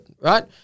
right